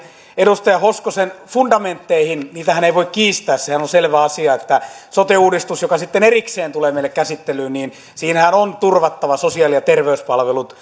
edustaja hoskosen fundamenttejahan ei voi kiistää sehän on on selvä asia että sote uudistuksessa joka sitten erikseen tulee meille käsittelyyn on turvattava sosiaali ja terveyspalvelut